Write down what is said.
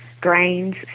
grains